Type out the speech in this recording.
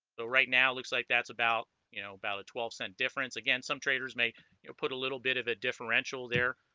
so right now looks like that's about you know about a twelve cent difference again some traders may you know put a little bit of a differential there